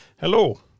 Hello